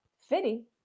Fitty